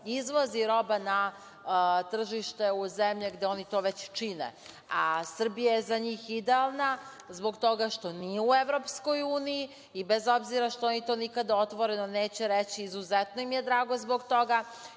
izvozi roba na tržište u zemlje gde oni to već čine, a Srbija je za njih idealna zbog toga što nije u EU i, bez obzira što oni nikada otvoreno neće reći, izuzetno im je drago zbog toga.